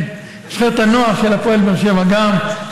כן, נבחרת הנוער של הפועל באר שבע, גם.